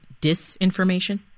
disinformation